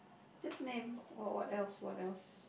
just name what what else what else